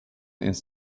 ins